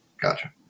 Gotcha